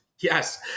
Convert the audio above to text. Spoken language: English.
Yes